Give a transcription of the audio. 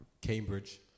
Cambridge